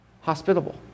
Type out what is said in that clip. hospitable